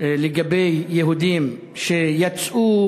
לגבי יהודים שיצאו,